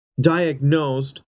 diagnosed